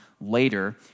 later